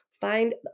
find